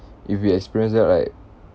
if we experience that right